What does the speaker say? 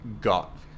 got